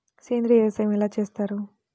సేంద్రీయ వ్యవసాయం ఎలా చేస్తారు?